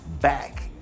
back